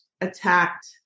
attacked